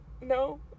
no